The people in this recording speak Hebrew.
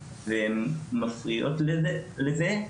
ומפריעות לזה.